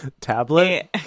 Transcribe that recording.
Tablet